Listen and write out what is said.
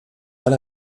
alle